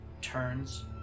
turns